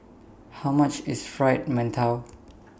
How much IS Fried mantou